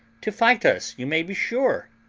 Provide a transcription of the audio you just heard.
to fight us, you may be sure.